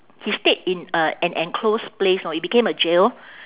he stayed in a an enclosed place lor it became a jail